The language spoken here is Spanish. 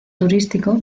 turístico